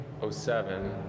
07